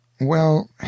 well